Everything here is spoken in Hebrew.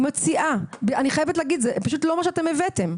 אני חייבת להגיד, זה פשוט לא מה שאתם הבאתם.